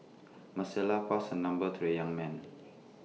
passed her number to the young man